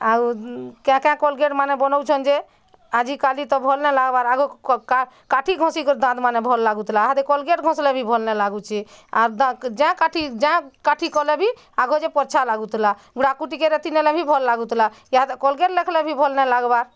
ଆଉ କାଏଁ କାଏଁ କୋଲଗେଟ୍ ମାନେ ବନଉଛନ୍ ଯେ ଆଜିକାଲି ତ ଭଲ୍ ନାଇଁ ଲାଗବାର୍ ଆଗ କାଠି ଘଁଷିକରି ଦାନ୍ତ ମାନେ ଭଲ୍ ଲାଗୁଥିଲା ଇହାଦେ କୋଲଗେଟ୍ ଘଷଲେ ବି ଭଲ୍ ନାଇଁ ଲାଗୁଛେ ଆର୍ ଯାଏଁ କାଠି ଯାଏଁ କାଠି କଲେ ବି ଆଗଯେ ପରଛା ଲାଗୁଥିଲା ଗୁଡ଼ାଖୁ ଟିକେ ରେତି ନେଲେ ବି ଭଲ୍ ଲାଗୁଥିଲା ଇହାଦେ କୋଲଗେଟ୍ ଲେଖଲେ ବି ଭଲ୍ ନାଇଁ ଲାଗବାର୍